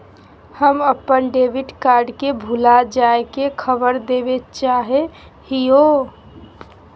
हम अप्पन debit card के भुला जाये के खबर देवे चाहे हियो